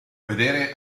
vedere